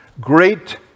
great